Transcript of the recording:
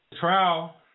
trial